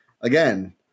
again